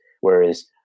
whereas